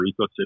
ecosystem